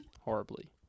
horribly